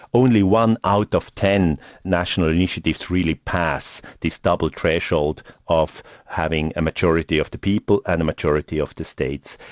only one out of ten nationally initiatives really passed this double threshold of having a majority of the people and a majority of the states.